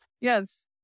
Yes